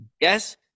yes